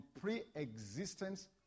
pre-existence